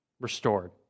restored